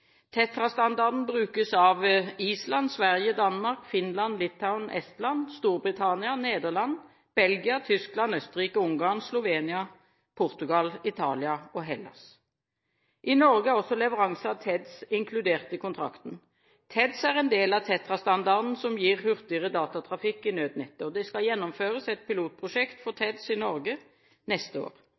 TETRA-standarden brukes av Island, Sverige, Danmark, Finland, Litauen, Estland, Storbritannia, Nederland, Belgia, Tyskland, Østerrike, Ungarn, Slovenia, Portugal, Italia og Hellas. I Norge er også leveranse av TEDS inkludert i kontrakten. TEDS er en del av TETRA-standarden, som gir hurtigere datatrafikk i nødnettet, og det skal gjennomføres et pilotprosjekt for TEDS i Norge neste år.